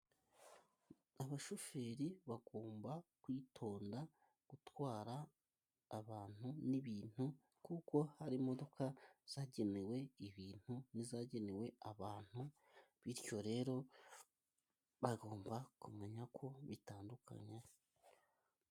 Abashoferi bagomba kwitonda gutwara abantu n'ibintu, kuko hari imodoka zagenewe ibintu, n'izagenewe abantu, bityo rero bagomba kumenya ko bitandukanye.